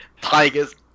tigers